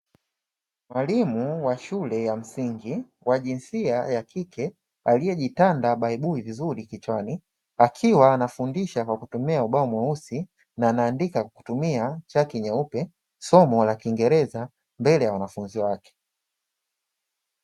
Mwalimu wa shule ya msingi wa jinsia ya kike aliyejitanda baibui vizuri kichwani, akiwa anafundisha kwa kutumia ubao mweusi na anaandika kutumia chaki nyeupe, somo la kiingereza mbele ya wanafunzi wake.